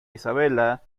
isabella